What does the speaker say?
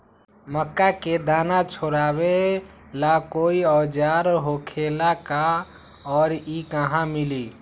मक्का के दाना छोराबेला कोई औजार होखेला का और इ कहा मिली?